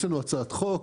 יש לנו הצעת חוק,